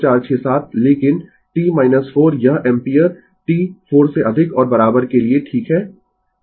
और t 4 से अधिक और बराबर के लिए इस एक ने प्राप्त किया है क्योंकि वहाँ 2 स्विच थे और t 2 सेकंड पर यह पता लगाने के लिए कहा गया है i की क्या वैल्यू है